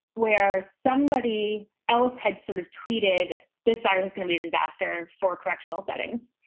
where somebody else had sort of tweeted this virus is going to be a disaster for correctional settings.